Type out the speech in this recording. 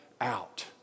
out